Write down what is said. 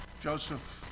Joseph